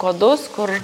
kodus kur